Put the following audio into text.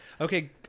Okay